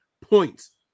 points